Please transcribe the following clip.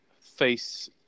face